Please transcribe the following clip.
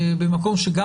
לא